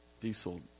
diesel